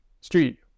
street